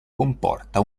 comporta